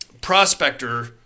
prospector